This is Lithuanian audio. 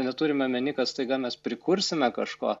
neturime omeny kad staiga mes prikursime kažko